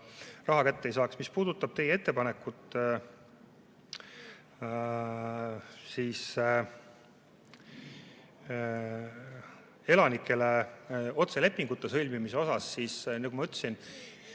raha kätte ei saaks. Mis puudutab teie ettepanekut elanikele otselepingute sõlmimiseks, siis, nagu ma ütlesin,